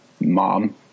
Mom